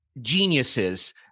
geniuses